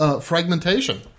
Fragmentation